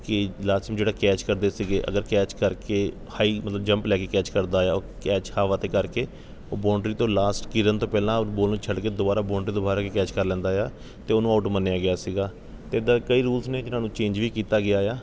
ਕਿ last time ਜਿਹੜਾ catch ਕਰਦੇ ਸੀਗੇ ਅਗਰ ਕੈਚ ਕਰਕੇ ਹਾਈ ਮਤਲਬ ਜੰਪ ਲੈ ਕੇ ਕੈਚ ਕਰਦਾ ਆ ਉਹ ਕੈਚ ਹਵਾ 'ਤੇ ਕਰਕੇ ਉਹ ਬੋਂਡਰੀ ਤੋਂ ਲਾਸਟ ਗਿਰਨ ਤੋਂ ਪਹਿਲਾਂ ਉਸ ਬੋਲ ਨੂੰ ਛੱਡ ਕੇ ਦੁਬਾਰਾ ਬੋਂਡਰੀ ਤੋਂ ਬਾਹਰ ਆ ਕੇ ਕੈਚ ਕਰ ਲੈਂਦਾ ਆ ਤਾਂ ਉਹਨੂੰ ਆਊਟ ਮੰਨਿਆ ਗਿਆ ਸੀਗਾ ਅਤੇ ਇੱਦਾਂ ਕਈ ਰੂਲਸ ਨੇ ਜਿਨ੍ਹਾਂ ਨੂੰ ਚੇਂਜ ਵੀ ਕੀਤਾ ਗਿਆ ਆ